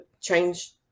change